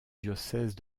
diocèse